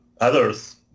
others